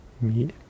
meet